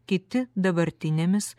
kiti dabartinėmis